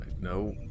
no